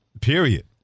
Period